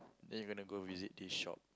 then you are gonna go visit this shop